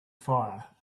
fire